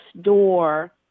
door